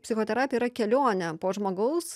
psichoterapija yra kelionė po žmogaus